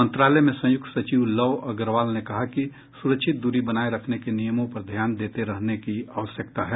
मंत्रालय में संयुक्त सचिव लव अग्रवाल ने कहा कि सुरक्षित दूरी बनाए रखने के नियमों पर ध्यान देते रहने की आवश्यकता है